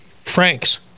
franks